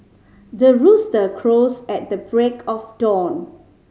the rooster crows at the break of dawn